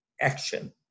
action